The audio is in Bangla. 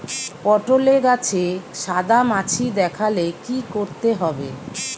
পটলে গাছে সাদা মাছি দেখালে কি করতে হবে?